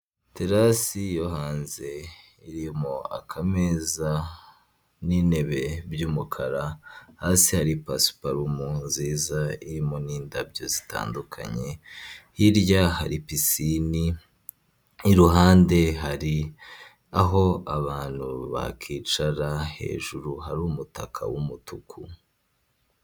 Terasi yo hanze irimo akameza n'intebe byumukara, hasi hari pasiparumu nziza irimo nindabyo zitandukanye. Hirya hari pisine iruhande hari aho abantu bakicara, hejuru hari umutaka wumutuku.